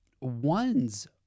ones